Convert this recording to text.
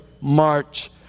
March